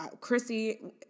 Chrissy